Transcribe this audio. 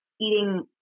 eating